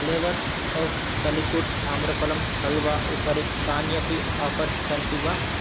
flavours of Calicut आम्रफलम् हल्वा उपरि कान्यपि आफ़र्स् सन्ति वा